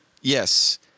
Yes